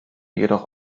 jedoch